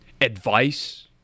advice